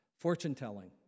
Fortune-telling